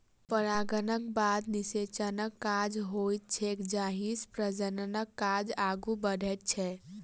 परागणक बाद निषेचनक काज होइत छैक जाहिसँ प्रजननक काज आगू बढ़ैत छै